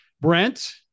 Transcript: Brent